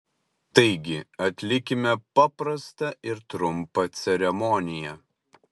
taigi atlikime paprastą ir trumpą ceremoniją